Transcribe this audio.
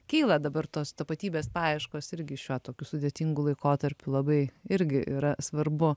kyla dabar tos tapatybės paieškos irgi šiuo tokiu sudėtingu laikotarpiu labai irgi yra svarbu